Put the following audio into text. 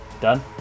Done